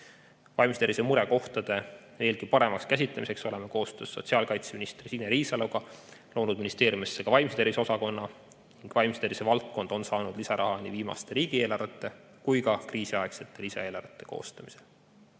Vaimse tervise murekohtade veelgi paremaks käsitlemiseks oleme koostöös sotsiaalkaitseminister Signe Riisaloga loonud ministeeriumisse ka vaimse tervise osakonna. Vaimse tervise valdkond on saanud lisaraha nii viimaste riigieelarvete kui ka kriisiaegsete lisaeelarvete koostamisel.